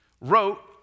wrote